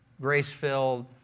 grace-filled